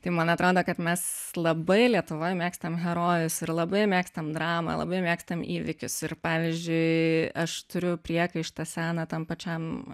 tai man atrodo kad mes labai lietuvoj mėgstam herojus ir labai mėgstam dramą labai mėgstam įvykius ir pavyzdžiui aš turiu priekaištą seną tam pačiam